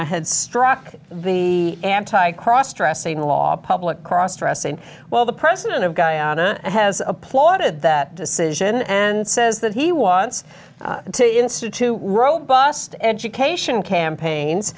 had struck the anti cross dressing law public crossdressing well the president of guyana has applauded that decision and says that he wants to institute a robust education campaigns